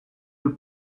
your